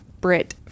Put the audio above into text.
Brit